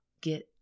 get